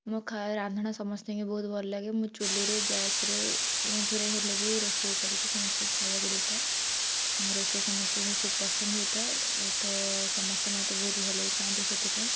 ମୋ ଖାଇବା ରାନ୍ଧଣା ସମସ୍ତଙ୍କୁ ବହୁତ ଭଲ ଲାଗେ ମୁଁ ଚୁଲିରେ ଗ୍ୟାସରେ ଯେଉଁଥିରେ ହେଲେ ବି ରୋଷେଇ କରିକି ସମସ୍ତଙ୍କୁ ଖାଇବାକୁ ଦେଇଥାଏ ମୋ ରୋଷେଇ ସମସ୍ତଙ୍କୁ ଖୁବ୍ ପସନ୍ଦ ହୋଇଥାଏ ତ ସମସ୍ତେ ମୋତେ ବହୁତ ଭଲ ବି ପାଆନ୍ତି ସେଇଥିପାଇଁ